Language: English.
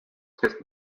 test